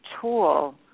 tool